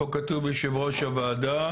פה כתוב יושב ראש הוועדה,